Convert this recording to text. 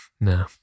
No